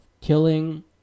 killing